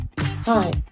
Hi